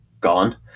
gone